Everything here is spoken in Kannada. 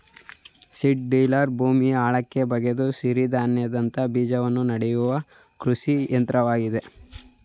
ಸೀಡ್ ಡ್ರಿಲ್ಲರ್ ಭೂಮಿಯ ಆಳಕ್ಕೆ ಬಗೆದು ಸಿರಿಧಾನ್ಯದಂತ ಬೀಜವನ್ನು ನೆಡುವ ಕೃಷಿ ಯಂತ್ರವಾಗಿದೆ